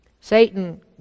Satan